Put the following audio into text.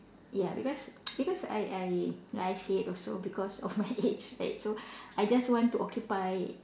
ya because because I I like I said also because of my age right so I just want to occupy